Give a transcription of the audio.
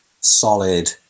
solid